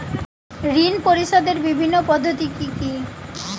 ঋণ পরিশোধের বিভিন্ন পদ্ধতি কি কি?